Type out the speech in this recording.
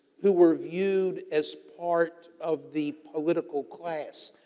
who were viewed as part of the political class.